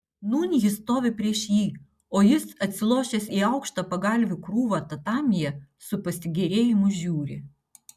nūn ji stovi prieš jį o jis atsilošęs į aukštą pagalvių krūvą tatamyje su pasigėrėjimu žiūri